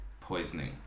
poisoning